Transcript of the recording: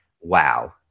Wow